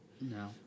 no